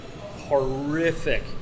horrific